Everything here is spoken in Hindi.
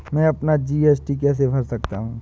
मैं अपना जी.एस.टी कैसे भर सकता हूँ?